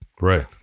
Right